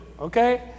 okay